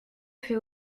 fait